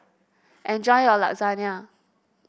enjoy your Lasagne